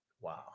Wow